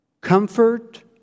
comfort